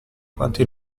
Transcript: quanti